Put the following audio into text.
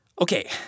Okay